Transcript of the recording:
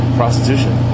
prostitution